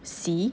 see